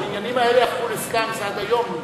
הבניינים האלה הפכו לסלאמס, עד היום.